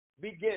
begin